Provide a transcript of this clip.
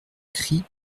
cris